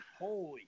holy